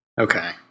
Okay